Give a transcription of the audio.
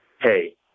hey